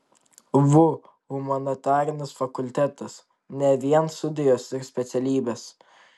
vu humanitarinis fakultetas ne vien studijos ir specialybės